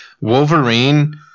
Wolverine